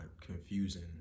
confusing